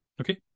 okay